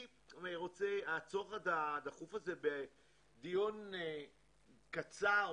הצורך הדחוף הזה בדיון קצר,